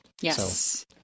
Yes